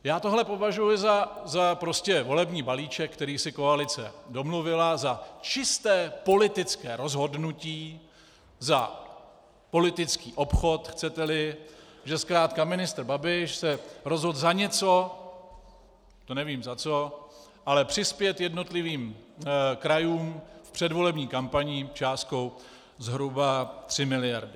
Já tohle považuji za volební balíček, který si koalice domluvila, za čisté politické rozhodnutí, za politický obchod, chceteli, že zkrátka ministr Babiš se rozhodl za něco, nevím za co, ale přispět jednotlivým krajům v předvolební kampani částkou zhruba 3 mld.